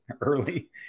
early